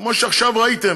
כמו שעכשיו ראיתם,